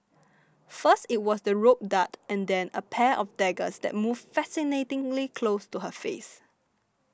first it was the rope dart and then a pair of daggers that moved fascinatingly close to her face